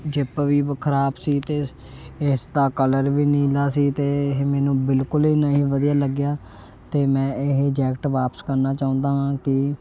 zip ਵੀ ਵ ਖ਼ਰਾਬ ਸੀ ਅਤੇ ਇਸ ਇਸ ਦਾ ਕਲਰ ਵੀ ਨੀਲਾ ਸੀ ਅਤੇ ਇਹ ਮੈਨੂੰ ਬਿਲਕੁਲ ਹੀ ਨਹੀਂ ਵਧੀਆ ਲੱਗਿਆ ਅਤੇ ਮੈਂ ਇਹ ਜੈਕਟ ਵਾਪਸ ਕਰਨਾ ਚਾਹੁੰਦਾ ਹਾਂ ਕਿ